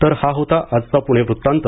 तर हा होता आजचा पूणे वृत्तांत